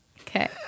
Okay